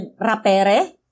rapere